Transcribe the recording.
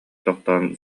тохтоон